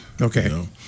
Okay